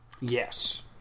Yes